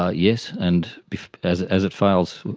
ah yes, and as it as it fails,